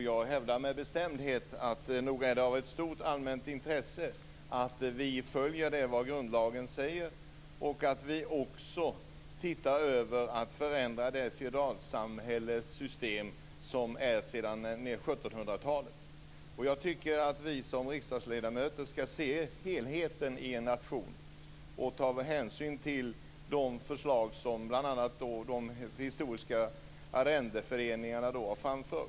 Jag hävdar med bestämdhet att det är av ett stort allmänt intresse att vi följer det som grundlagen säger och att vi också tittar på förändringar av det feodalsystem som härstammar från 1700 Jag tycker att vi som riksdagsledamöter skall se helheten i en nation och ta hänsyn till de förslag som bl.a. de historiska arrendeföreningarna har framfört.